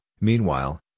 meanwhile